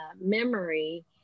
memory